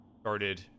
started